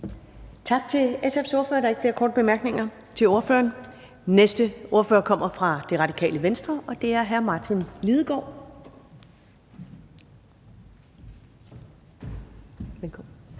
Tak til SF's ordfører. Der er ikke flere korte bemærkninger til ordføreren. Næste ordfører kommer fra Radikale Venstre, og det er hr. Martin Lidegaard.